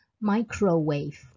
Microwave